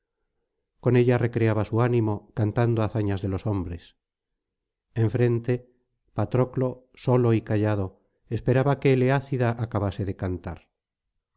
con ella recreaba su ánimo cantando hazañas de los hombres enfrente patroclo solo y callado esperaba que el eácida acabase de cantar